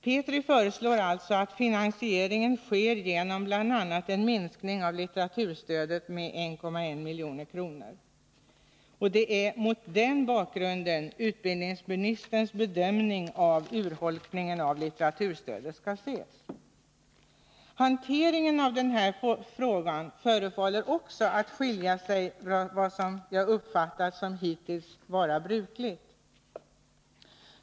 Petri föreslår alltså att finansieringen sker genom bl.a. en minskning av litteraturstödet med 1,1 milj.kr. Det är mot den bakgrunden utbildningsministerns bedömning av urholkningen av litteraturstödet skall ses. Hanteringen av den här frågan förefaller också skilja sig från vad som hittills varit brukligt.